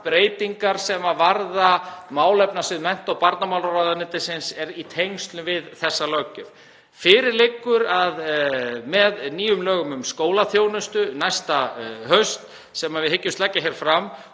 breytingar sem varða málefnasvið mennta- og barnamálaráðuneytisins í tengslum við þessa löggjöf. Fyrir liggur að með nýjum lögum um skólaþjónustu næsta haust sem við hyggjumst leggja hér fram